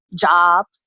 jobs